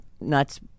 nuts